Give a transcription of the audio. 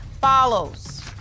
follows